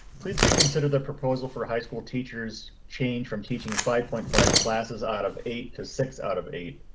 please reconsider the proposal for high school teachers change from teaching. five point five classes out of eight to six out of eight.